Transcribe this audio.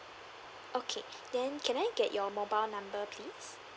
okay then can I get your mobile number please